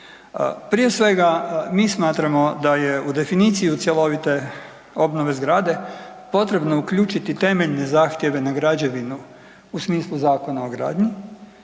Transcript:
Prije svega mi smatramo da je u definiciji u cjelovite obnove zgrade potrebno uključiti temeljne zahtjeve na građevinu u smislu Zakona o gradnji.